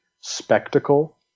spectacle